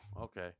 okay